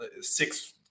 six